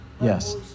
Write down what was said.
Yes